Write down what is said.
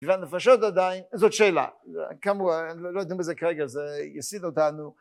כי בנפשות עדיין זאת שאלה כאמור אני לא יודע מזה כרגע זה יסיט אותנו